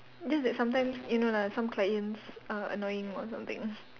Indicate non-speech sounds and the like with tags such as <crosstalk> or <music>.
just that sometimes you know lah some clients are annoying or something <noise>